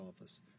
office